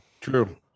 True